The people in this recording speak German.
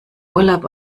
urlaub